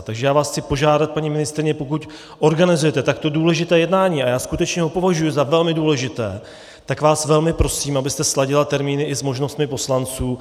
Takže já vás chci požádat, paní ministryně, pokud organizujete takto důležité jednání, a já skutečně ho považuji za velmi důležité, tak vás velmi prosím, abyste sladila termíny i s možnostmi poslanců.